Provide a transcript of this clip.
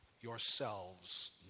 yourselves